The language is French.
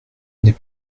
des